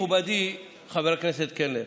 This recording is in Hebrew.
מכובדי חבר הכנסת קלנר,